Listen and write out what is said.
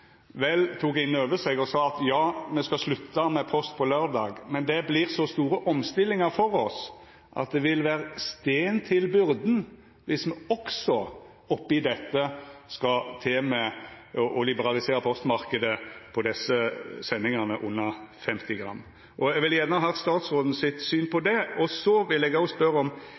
vel tok det inn over seg og sa at ja, me skal slutta med postombering på laurdagar, men det vert så store omstillingar for oss at det vil leggja stein til byrda om me òg oppi dette skal til med å liberalisera postmarknaden for desse sendingane under 50 gram. Eg vil gjerne ha statsråden sitt syn på det. Så vil eg òg spørja om